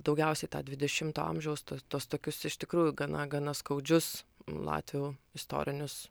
daugiausiai tą dvidešimto amžiaus tuos tuos tokius iš tikrųjų gana gana skaudžius latvių istorinius